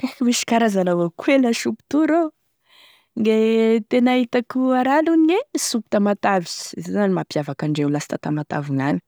Kaiky misy karazany avao koa gne lasopy toa rô, gne tena hitako a raha io e soupe Tamatave, zay e tena hitako mampiavaky andreo lasta Tamatave gn'agny